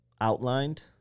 outlined